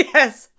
Yes